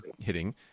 hitting